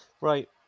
Right